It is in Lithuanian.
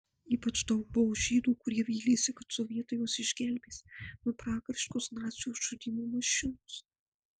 ypač daug buvo žydų kurie vylėsi kad sovietai juos išgelbės nuo pragariškos nacių žudymo mašinos